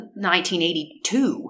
1982